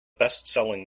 bestselling